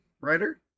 writer